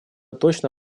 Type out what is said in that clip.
точно